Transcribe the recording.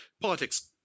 politics